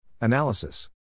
Analysis